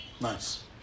Nice